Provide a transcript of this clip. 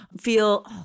feel –